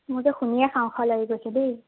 মোৰ যে শুনিয়ে খাওঁ খাওঁ লাগি গৈছে দেই